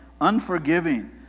unforgiving